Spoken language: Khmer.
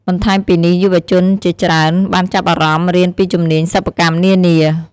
បន្ថែមពីនេះ យុវជនជាច្រើនបានចាប់អារម្មណ៍រៀនពីជំនាញសិប្បកម្មនានា។